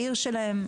בעיר שלהם,